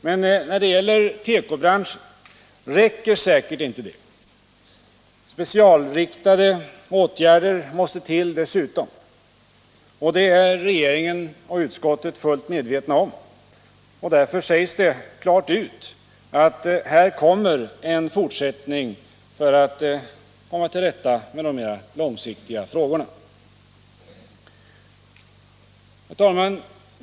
Men när det gäller tekobranschen räcker säkert inte det. Specialriktade åtgärder måste till dessutom — det är regeringen och utskottet fullt medvetna om. Därför sägs det klart ut att här kommer en fortsättning för att man skall kunna komma till rätta med de mera långsiktiga frågorna. Herr talman!